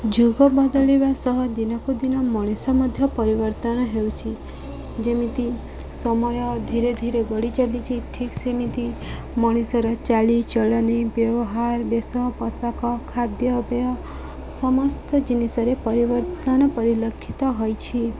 ଯୁଗ ବଦଲିବା ସହ ଦିନକୁ ଦିନ ମଣିଷ ମଧ୍ୟ ପରିବର୍ତ୍ତନ ହେଉଛି ଯେମିତି ସମୟ ଧୀରେ ଧୀରେ ଗଢ଼ି ଚାଲିଛି ଠିକ୍ ସେମିତି ମଣିଷର ଚାଲିଚଳଣିି ବ୍ୟବହାର ବେଶ ପୋଷାକ ଖାଦ୍ୟପେୟ ସମସ୍ତ ଜିନିଷରେ ପରିବର୍ତ୍ତନ ପରିଲକ୍ଷିତ ହୋଇଛି